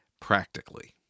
practically